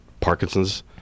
Parkinson's